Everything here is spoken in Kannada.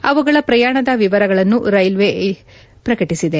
ಅವುಗಳ ಪ್ರಯಾಣದ ವಿವರಗಳನ್ನು ರೈಲ್ವೆ ಪ್ರಕಟಿಸಿದೆ